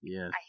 Yes